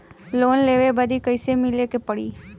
Loan लेवे बदी कैसे मिले के पड़ी?